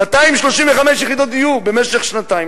235 יחידות דיור במשך שנתיים.